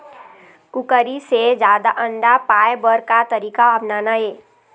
कुकरी से जादा अंडा पाय बर का तरीका अपनाना ये?